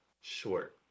short